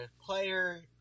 player